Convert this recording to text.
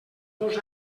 dos